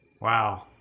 Wow